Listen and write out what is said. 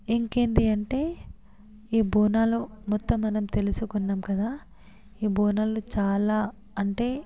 ఇంకేంటీ అంటే ఈ బోనాలు మొత్తం మనం తెలుసుకున్నాం కదా ఈ బోనాలు చాలా అంటే